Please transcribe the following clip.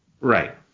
Right